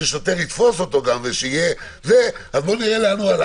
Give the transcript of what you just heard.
ששוטר יתפוס אותו, נראה לאן הוא הלך.